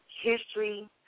history